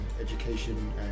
education